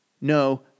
no